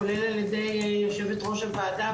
כולל על ידי יושבת-ראש הוועדה,